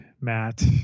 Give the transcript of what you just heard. matt